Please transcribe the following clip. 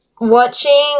watching